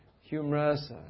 humorous